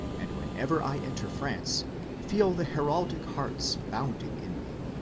and whenever i enter france feel the heraldic hearts bounding in me.